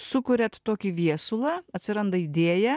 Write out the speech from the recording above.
sukuriat tokį viesulą atsiranda idėja